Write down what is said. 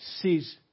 sees